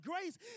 grace